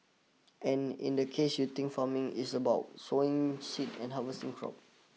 and in the case you think farming is about sowing seed and harvesting crop